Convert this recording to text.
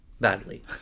badly